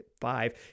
five